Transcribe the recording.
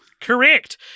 Correct